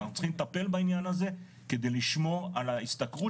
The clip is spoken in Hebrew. אנחנו צריכים לטפל בעניין הזה כדי לשמור על ההשתכרות